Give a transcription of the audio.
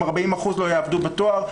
אם 40% לא יעבדו בתואר,